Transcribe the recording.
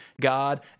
God